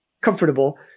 comfortable